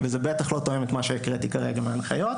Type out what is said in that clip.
וזה בטח לא תואם את מה שהקראתי כרגע מההנחיות.